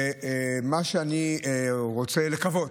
ומה שאני רוצה לקוות,